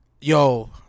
Yo-